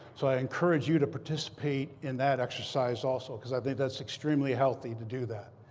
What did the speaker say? so i encourage you to participate in that exercise, also. because i think that's extremely healthy to do that.